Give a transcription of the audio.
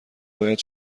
باید